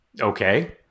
Okay